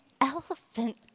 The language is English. elephant